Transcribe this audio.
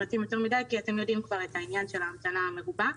מדי בפרטים כי אתם יודעים כבר את עניין ההמתנה המרובה.